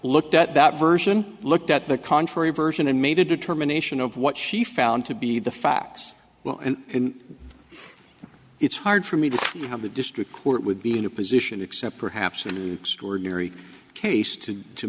looked at that version looked at the contrary version and made a determination of what she found to be the facts well and it's hard for me to have the district court would be in a position except perhaps in a to extraordinary case to to